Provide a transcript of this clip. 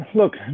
look